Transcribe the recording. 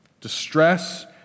distress